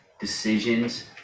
decisions